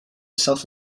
self